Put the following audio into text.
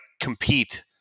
compete